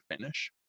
finish